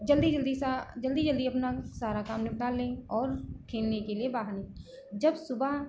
जल्दी जल्दी सा जल्दी जल्दी अपना सारा काम निपटा लें और खेलने के लिए बाहर जब सुबह